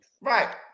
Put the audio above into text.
right